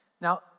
Now